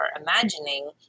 imagining